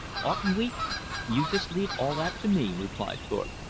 oughtn't we you just leave all that to me, replied thorpe.